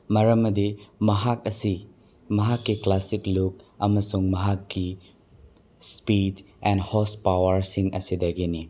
ꯃꯔꯝꯗꯤ ꯃꯍꯥꯛ ꯑꯁꯤ ꯃꯍꯥꯛꯀꯤ ꯀ꯭ꯂꯥꯁꯤꯛ ꯂꯨꯛ ꯑꯃꯁꯨꯡ ꯃꯍꯥꯛꯀꯤ ꯁ꯭ꯄꯤꯠ ꯑꯦꯟ ꯍꯣꯁꯄꯥꯋꯥꯔꯁꯤꯡ ꯑꯁꯤꯗꯒꯤꯅꯤ